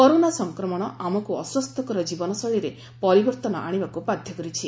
corona ସଂକ୍ରମଣ ଆମକୁ ଅସ୍ୱାସ୍ଥ୍ୟକର କୀବନଶୈଳୀରେ ପରିବର୍ଭନ ଆଶିବାକୁ ବାଧ୍ୟ କରିଛି